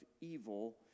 evil